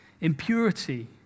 impurity